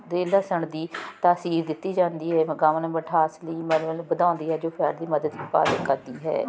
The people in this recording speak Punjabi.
ਅਤੇ ਲਸਣ ਦੀ ਤਸੀਰ ਦਿੱਤੀ ਜਾਂਦੀ ਹੈ ਗਾਵਾਂ ਨੂੰ ਮਿਠਾਸ ਲਈ ਵਧਾਉਂਦੀ ਹੈ ਜੋ ਫੈਟ ਦੀ ਮਦਦ ਕਰ ਕਰਦੀ ਹੈ